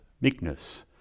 meekness